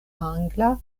angla